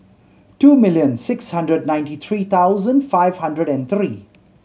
two million six hundred ninety three thousand five hundred and three